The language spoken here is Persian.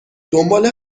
دنبال